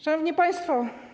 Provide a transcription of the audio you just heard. Szanowni Państwo!